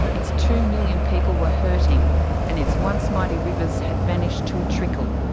its two million people were hurting and its once mighty rivers had vanished to a trickle.